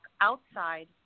outside